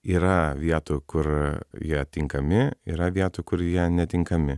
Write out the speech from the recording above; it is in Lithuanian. yra vietų kur jie tinkami yra vietų kur jie netinkami